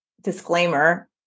Disclaimer